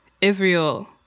Israel